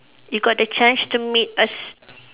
you got the chance to meet a